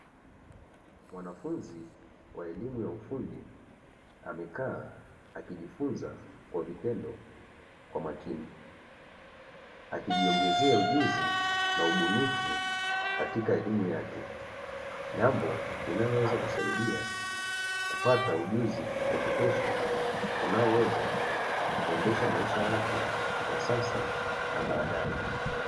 Mwanafunzi wa elimu ya ufundi amekaa akijifunza kwa vitendo kwa makini akijiongezea ujuzi na ubunifu katika elimu yake jambo linaloweza kusaidia kupata ujuzi wa kutosha unaoweza kuendesha maisha yake ya sasa na baadae.